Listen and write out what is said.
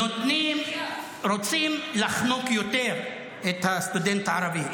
רוצים לחנוק יותר את הסטודנט הערבי,